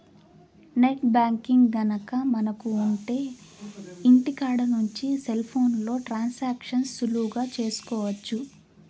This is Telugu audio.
నెట్ బ్యాంకింగ్ గనక మనకు ఉంటె ఇంటికాడ నుంచి సెల్ ఫోన్లో ట్రాన్సాక్షన్స్ సులువుగా చేసుకోవచ్చు